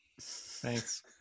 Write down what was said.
thanks